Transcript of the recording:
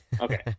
Okay